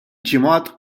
ġimgħat